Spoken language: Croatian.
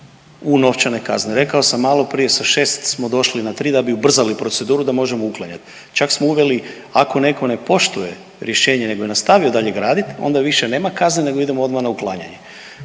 u novčane kazne. Rekao sam maloprije sa 6 smo došli na 3 da bi ubrzali proceduru da možemo uklanjat, čak smo uveli ako neko ne poštuje rješenje nego je nastavio dalje gradit onda više nema kazne nego idemo odma na uklanjanje,